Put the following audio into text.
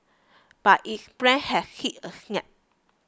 but its plan has hit a snag